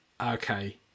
okay